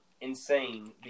insane